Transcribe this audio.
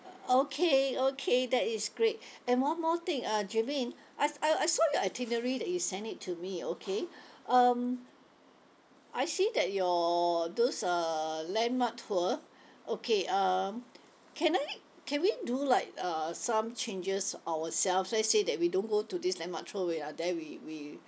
okay okay that is great and one more thing uh jermaine I I I saw your itinerary that you sent it to me okay um I see that your those uh landmark tour okay um can I can we do like uh some changes ourselves let's say that we don't go to this landmark tour we are there we we